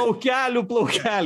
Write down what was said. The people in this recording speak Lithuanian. plaukelių plaukeliai